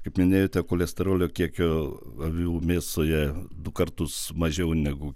kaip minėjote cholesterolio kiekio avių mėsoje du kartus mažiau negu